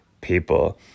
people